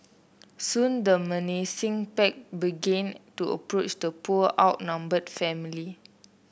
soon the menacing pack began to approach the poor outnumbered family